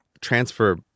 transfer